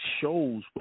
shows